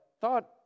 thought